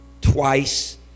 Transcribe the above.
Twice